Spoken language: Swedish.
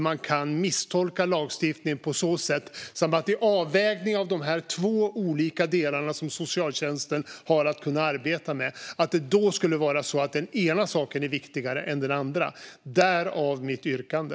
Man kan misstolka lagstiftningen på så sätt att den ena saken skulle vara viktigare än den andra i avvägningen av de här två olika delarna som socialtjänsten har att arbeta med - därav mitt yrkande.